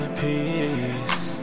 peace